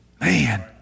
Man